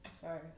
Sorry